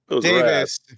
Davis